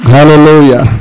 Hallelujah